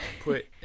put